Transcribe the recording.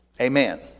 Amen